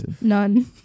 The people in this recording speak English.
None